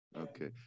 Okay